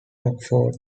rockford